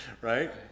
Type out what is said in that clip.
right